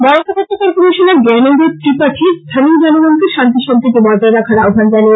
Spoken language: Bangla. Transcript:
বরাক উপত্যকার কমিশনার জ্ঞানেন্দ্র ত্রিপাঠী স্থানীয় জনগনকে শান্তি সম্প্রীতি বজায় রাখার আহ্বান জানিয়েছেন